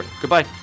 Goodbye